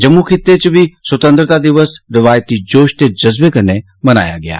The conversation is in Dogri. जम्मू खित्ते च बी स्वतंत्रता दिवस रिवायती जोश ते जज्बें कन्नै मनाया गेआ